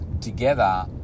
together